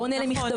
לא עונה למכתבים,